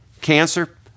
Cancer